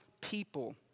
people